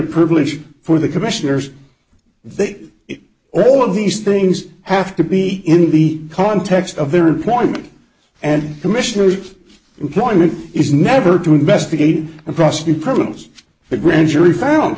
privilege for the commissioners that all of these things have to be in the context of their employment and commissioners employment is never to investigate and prosecute criminals the grand jury found